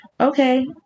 okay